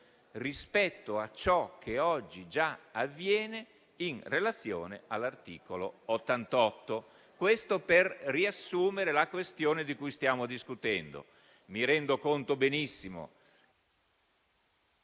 rispetto a ciò che oggi già avviene in relazione all'articolo 88 della Costituzione. Dico questo per riassumere la questione di cui stiamo discutendo. Mi rendo conto benissimo